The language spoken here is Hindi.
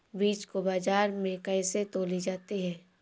बीज को बाजार में कैसे तौली जाती है?